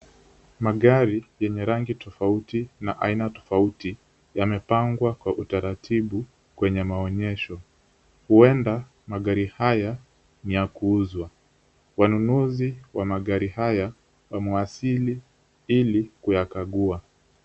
Magari yenye rangi tofauti na aina tofauti yamepangwa kwa utaratibu kwenye maonyesho. Huenda magari haya ni ya kuuzwa. Wanunuzi wa magari haya wamewasili ili kuyakagua.